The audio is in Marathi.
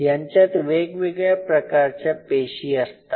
यांच्यात वेगवेगळ्या प्रकारच्या पेशी असतात